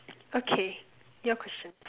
okay your question